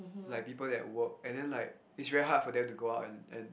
like people who work and then is like very hard for them to go out and and